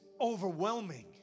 overwhelming